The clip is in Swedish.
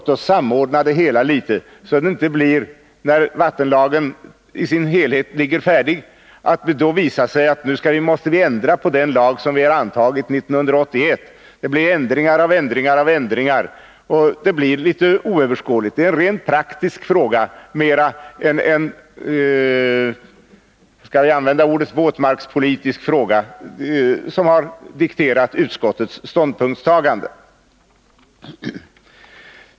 Vi måste samordna det hela litet, så att det inte visar sig, när vattenlagen i sin helhet ligger färdig, att vi måste ändra i den lag som vi antagit 1981. Det blir ändringar av ändringar, och det blir litet oöverskådligt. Det är en rent praktisk fråga mer än en våtmarkspolitisk fråga — om jag får använda det uttrycket — som har dikterat utskottets ståndpunktstagande.